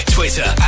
Twitter